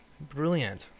Brilliant